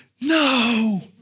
No